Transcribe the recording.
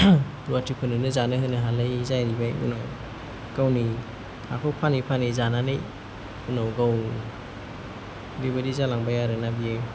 रुवाथिफोरनोनो जानो होनो हालायि जाहैबाय उनाव गावनि हाखौ फानै फानै जानानै उनाव गाव बेबायदि जालांबाय आरो ना बेयो